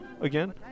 again